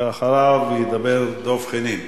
ואחריו ידבר דב חנין.